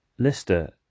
Lister